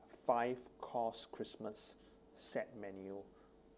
five course christmas set menu